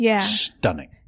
stunning